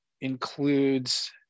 includes